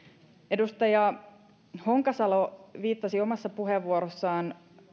edustaja honkasalo viittasi omassa puheenvuorossaan